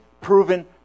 proven